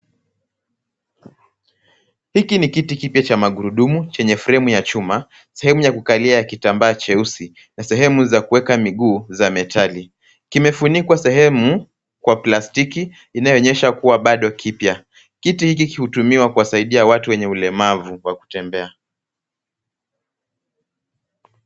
Hiki ni kiti kipya cha magurudumu chenye fremu ya chuma sehemu ya kukalia ya kitambaa cheusi na sehemu za kuweka miguu za metali ,kimefunikwa sehemu kwa plastiki inayoonyesha kuwa bado kipya ,kiti hiki hutumiwa kuwasaidia watu wenye ulemavu kwa kutembea.